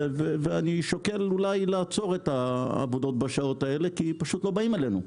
והוא שוקל לעצור את העבודות בשעות האלה כי פשוט לא באים אליהם.